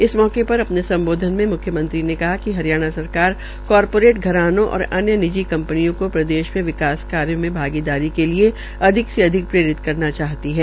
इस मौके र अ ने सम्बोधन में मुख्यमंत्री ने कहा कि हरियाणा सरकार कार रेट घरानों और अन्य निजी कं नियों को प्रदेश में विकास कार्य में भागीदारी के लिए अधिक से अधिक प्रेरित करना चाहती है